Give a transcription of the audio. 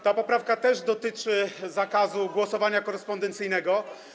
Ta poprawka też dotyczy zakazu głosowania korespondencyjnego.